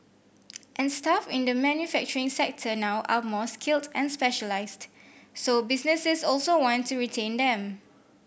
and staff in the manufacturing sector now are more skilled and specialised so businesses also want to retain them